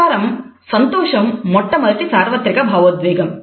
Ekman ప్రకారం సంతోషం మొట్టమొదటి సార్వత్రిక భావోద్వేగం